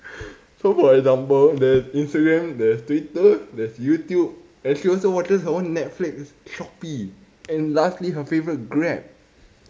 so for example there is instagram there is twitter there is youtube and she also wanted her own netflix and shopee and lastly her favourite grab